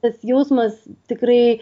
tas jausmas tikrai